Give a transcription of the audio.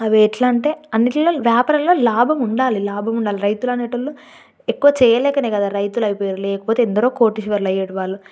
అవి ఎట్ల అంటే అన్నిట్లలో వ్యాపారాలలో లాభం ఉండాలి లాభం ఉండాలి రైతులనేటి వాళ్ళు ఎక్కువ చెయ్యలేకనే కదా రైతులు అయిపోయారు లేకపోతే ఎందరో కోటీశ్వరులు అయ్యేటి వాళ్ళు